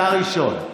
אתה ראשון.